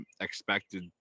expected